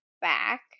back